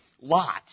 Lot